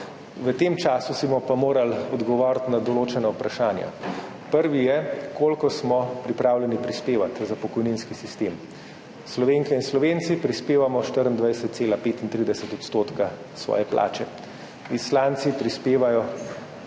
v tem času si bomo pa morali odgovoriti na določena vprašanja. Prvo je, koliko smo pripravljeni prispevati za pokojninski sistem. Slovenke in Slovenci prispevamo 24,35 % svoje plače, Islandci prispevajo